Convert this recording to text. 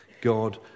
God